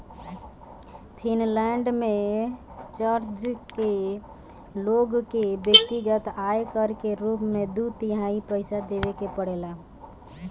Finland में church के लोग के व्यक्तिगत आय कर के रूप में दू तिहाई पइसा देवे के पड़ेला